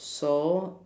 so